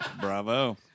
Bravo